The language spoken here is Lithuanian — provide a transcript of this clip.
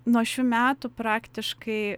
nuo šių metų praktiškai